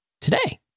today